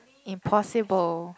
impossible